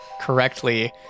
correctly